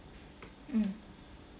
mm